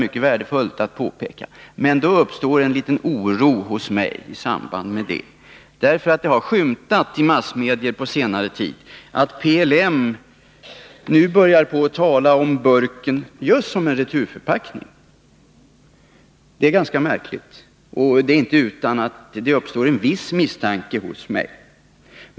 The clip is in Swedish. Men i samband därmed uppstår en liten oro hos mig: det har framskymtat i massmedierna på senare tid att PLM nu börjar tala om burken som en returförpackning. Det är ganska märkligt, och det är inte utan att det uppstår en viss misstanke hos mig.